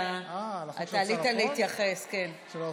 אתה עלית להתייחס אליו.